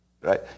right